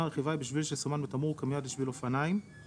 הרכיבה היא בשביל שסומן בתמרור כמיועד לשימוש אופניים,